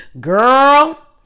girl